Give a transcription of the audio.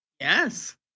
Yes